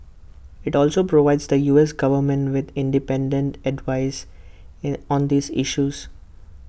IT also provides the U S Government with independent advice in on these issues